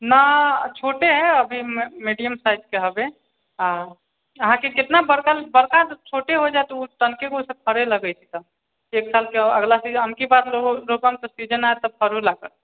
ना छोटे हय अभी मे मेडियम साइज के हबे आ अहाँके कितना बड़का बड़का छोटे हो जाइत ओ तनिकेगोसँ फड़ऽ लगै छै तऽ एक साल के ओ अगला सीजन आम कि बात लेबौ रोपऽ सीजन आयत तऽ फड़ै लागत